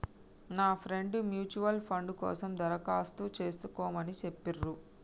నా friend mutual fund కోసం దరఖాస్తు చేస్కోమని చెప్పిర్రు